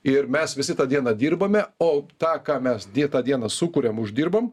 ir mes visi tą dieną dirbame o tą ką mes dė tą dieną sukuriam uždirbam